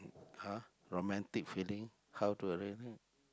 !huh! romantic feeling how to